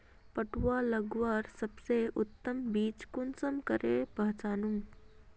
पटुआ लगवार सबसे उत्तम बीज कुंसम करे पहचानूम?